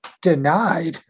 denied